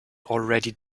already